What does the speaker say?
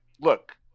look